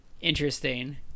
interesting